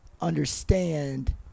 understand